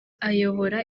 ayobora